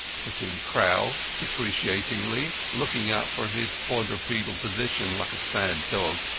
put in crowl, deprecatingly, looking up from his quadrupedal position like a sad dog,